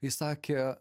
jis sakė